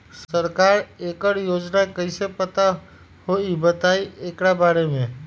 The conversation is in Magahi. सरकार एकड़ योजना कईसे पास होई बताई एकर बारे मे?